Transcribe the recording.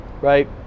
right